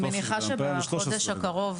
אני מניחה שבחודש הקרוב,